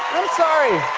sorry.